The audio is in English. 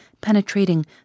penetrating